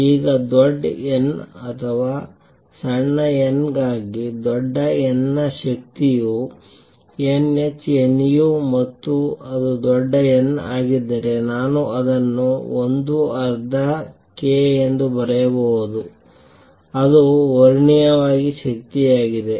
ಈಗ ದೊಡ್ಡ n ಅಥವಾ ಸಣ್ಣ n ಗಾಗಿ ದೊಡ್ಡ n ಗೆ ಶಕ್ತಿಯು n h nu ಮತ್ತು ಅದು ದೊಡ್ಡ n ಆಗಿದ್ದರೆ ನಾನು ಇದನ್ನು 1 ಅರ್ಧ k ಎಂದು ಬರೆಯಬಹುದು ಅದು ವರ್ಗೀಯವಾಗಿ ಶಕ್ತಿಯಾಗಿದೆ